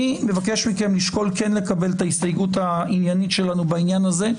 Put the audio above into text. אני מבקש מכם לשקול את ההסתייגות העניינית שלנו בעניין הזה.